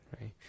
right